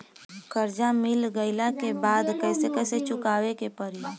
कर्जा मिल गईला के बाद कैसे कैसे चुकावे के पड़ी?